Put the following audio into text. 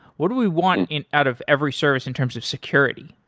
what do we want in out of every service in terms of security?